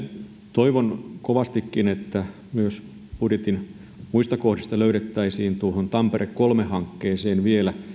toivon kovastikin että myös budjetin muista kohdista löydettäisiin tuohon tampere kolme hankkeeseen vielä